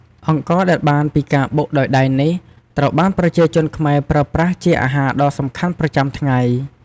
អង្ករដែលបានពីការបុកដោយដៃនេះ ត្រូវបានប្រជាជនខ្មែរប្រើប្រាស់ជាអាហារដ៏សំខាន់ប្រចាំថ្ងៃ។